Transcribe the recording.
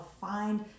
find